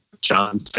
John